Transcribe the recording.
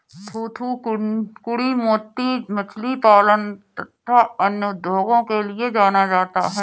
थूथूकुड़ी मोती मछली पालन तथा अन्य उद्योगों के लिए जाना जाता है